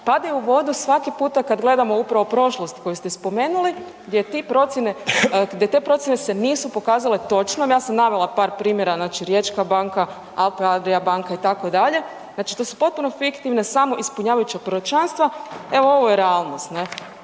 padaju u vodu svaki puta kada gledamo upravo prošlost koju ste spomenuli, gdje ti procjene, gdje te procjene se nisu pokazale točnom, ja sam navela par primjera znači Riječka banka, Alpe Adria banka itd., znači to su potpuno fiktivne samoispunjavajuća proročanstva. Evo ovo je realnost